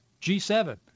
G7